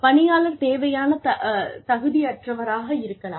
பணியாளர் தேவையான தகுதி அற்றவராக இருக்கலாம்